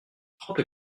trente